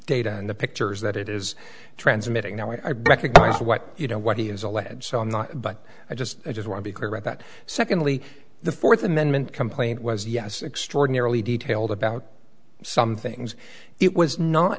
data and the pictures that it is transmitting now i recognise what you know what he is alleged but i just i just want to be clear about that secondly the fourth amendment complaint was yes extraordinarily detailed about some things it was not